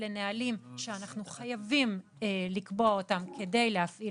אלה נהלים שאנחנו חייבים לקבוע אותם כדי להפעיל